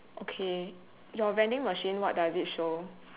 okay your vending machine what does it show